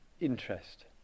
interest